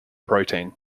protein